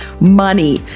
money